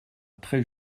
très